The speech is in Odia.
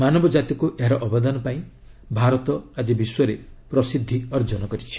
ମାନବ ଜାତିକୁ ଏହାର ଅବଦାନ ପାଇଁ ଭାରତ ଆଜି ବିଶ୍ୱରେ ପ୍ରସିଦ୍ଧି ଅର୍ଜନ କରିଛି